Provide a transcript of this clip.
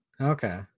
Okay